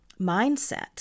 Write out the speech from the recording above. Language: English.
mindset